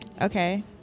Okay